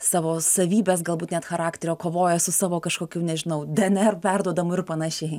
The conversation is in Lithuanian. savo savybes galbūt net charakterio kovoja su savo kažkokiu nežinau dnr perduodamu ir panašiai